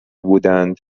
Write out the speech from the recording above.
بودند